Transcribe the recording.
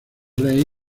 rey